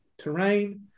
terrain